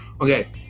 Okay